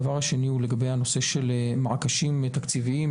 לגבי סופי שבוע.